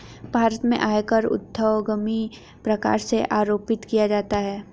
भारत में आयकर ऊर्ध्वगामी प्रकार से आरोपित किया जाता है